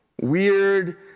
weird